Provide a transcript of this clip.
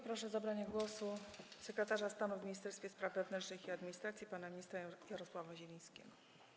Proszę o zabranie głosu sekretarza stanu w Ministerstwie Spraw Wewnętrznych i Administracji pana ministra Jarosława Zielińskiego.